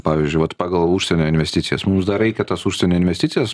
pavyzdžiui vat pagal užsienio investicijas mums dar reikia tas užsienio investicijas